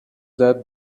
that